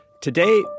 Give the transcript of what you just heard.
Today